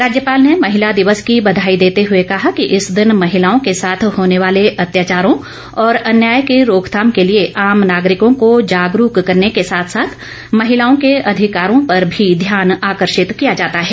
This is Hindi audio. राज्यपाल ने महिला दिवस की बंधाई देते हुए कहा कि इस दिन महिलाओं के साथ होने वाले अत्याचारों और अन्याय की रोकथाम के लिए आम नागरिकों को जागरूक करने के साथ साथ महिलाओं के अधिकारों पर भी ध्यान आकर्षित किया जाता है